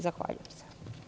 Zahvaljujem se.